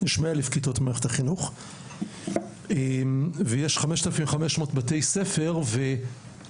יש מאה אלף כיתות במערכת החינוך ויש 5,500 בתי ספר ולרבים